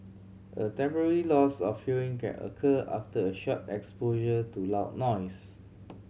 a temporary loss of hearing can occur after a short exposure to loud noise